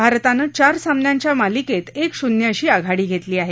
भारतानं चार सामन्यांच्या मालिकेत एक शून्य अशी आघाडी घेतली आहे